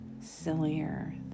sillier